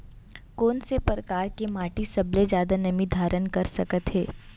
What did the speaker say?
कोन से परकार के माटी सबले जादा नमी धारण कर सकत हे?